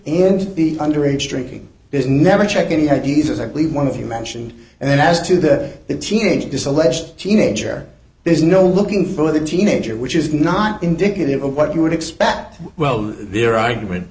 in the underage drinking is never check any ideas i believe one of you mentioned and then as to the teenage this alleged teenager there's no looking for the teenager which is not indicative of what you would expect well their argument